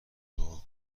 دعا